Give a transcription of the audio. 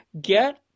Get